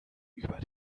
über